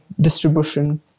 distribution